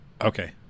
Okay